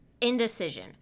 indecision